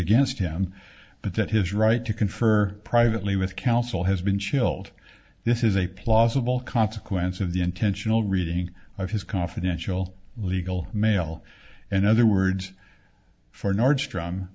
against him but that his right to confer privately with counsel has been chilled this is a plausible consequence of the intentional reading of his confidential legal mail in other words for nordstrom